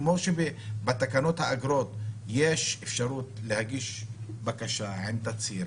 כמו שבתקנות האגרות יש אפשרות להגיש בקשה עם תצהיר,